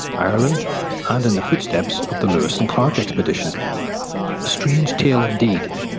ireland and in the footsteps of the lewis and clark expedition. a strange tale indeed,